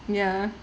ya